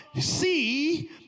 see